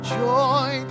joy